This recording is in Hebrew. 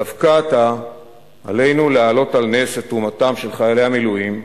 דווקא עתה עלינו להעלות על נס את תרומתם של חיילי המילואים,